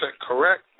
correct